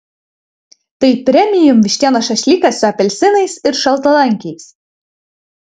tai premium vištienos šašlykas su apelsinais ir šaltalankiais